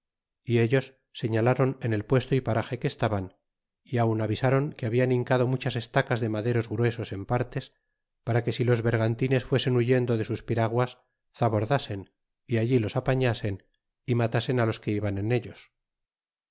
y ellos señalaron en el puesto y paraje que estaban y aun avisa ron que hablan hincado muchas estacas de maderos gruesos en partes para que si los bergantines fuesen huyendo de sus piraguas zabordasen y allí los apaiiasen y matasen los que iban en ellos